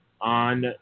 on